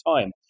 time